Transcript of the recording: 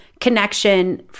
connection